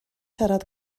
siarad